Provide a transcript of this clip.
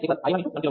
ఇక్కడ V x i 1 1 KΩ